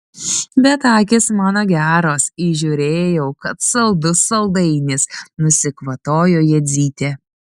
bet akys mano geros įžiūrėjau kad saldus saldainis nusikvatojo jadzytė